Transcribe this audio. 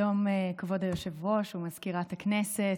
שלום, כבוד היושב-ראש ומזכירת הכנסת.